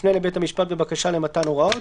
יפנה לבית המשפט בבקשה למתן הוראות.